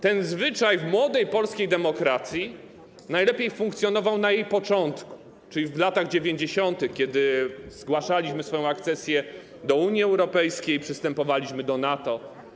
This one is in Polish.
Ten zwyczaj w młodej polskiej demokracji najlepiej funkcjonował na jej początku, czyli w latach 90., kiedy zgłaszaliśmy swoją akcesję do Unii Europejskiej, przystępowaliśmy do NATO.